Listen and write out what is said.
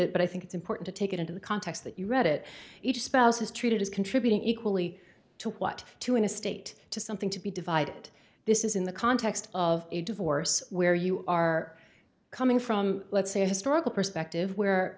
it but i think it's important to take it into the context that you read it each spouse is treated as contributing equally to what two in a state to something to be divided this is in the context of a divorce where you are coming from let's say a historical perspective where